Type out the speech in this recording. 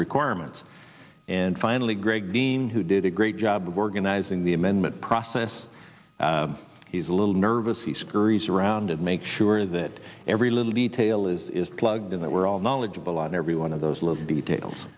requirements and finally greg dean who did a great job of organizing the amendment process he's a little nervous he scurries around and make sure that every little detail is plugged in that we're all knowledgeable on every one of those little details